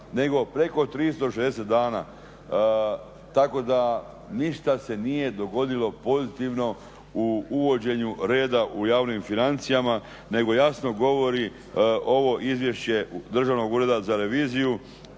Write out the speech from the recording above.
nego preko 360 dana, tako da ništa se nije dogodilo pozitivno u uvođenju reda u javnim financijama nego jasno govori ovo izvješće Državnog ureda za reviziju